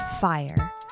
fire